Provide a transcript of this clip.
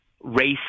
race